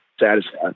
satisfied